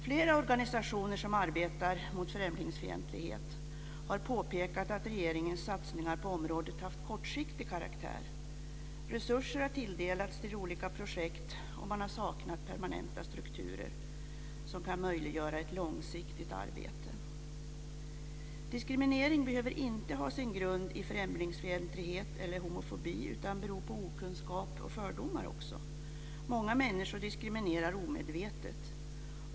Flera organisationer som arbetar mot främlingsfientlighet har påpekat att regeringens satsningar på området haft kortsiktig karaktär. Resurser har tilldelats olika projekt, och man har saknat permanenta strukturer som kan möjliggöra ett långsiktigt arbete. Diskriminering behöver inte ha sin grund i främlingsfientlighet eller homofobi, utan kan också bero på okunskap och fördomar. Många människor diskriminerar omedvetet.